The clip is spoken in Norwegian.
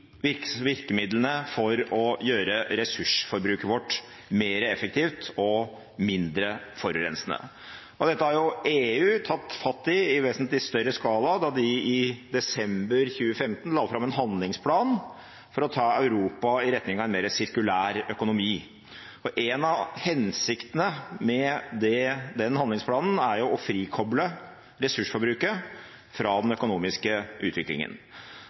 virkemidlene for å gjøre ressursforbruket vårt mer effektivt og mindre forurensende. Dette tok EU fatt i i vesentlig større skala da de i desember 2015 la fram en handlingsplan for å ta Europa i retning av en mer sirkulær økonomi. En av hensiktene med den handlingsplanen er å frikoble ressursforbruket fra den økonomiske utviklingen.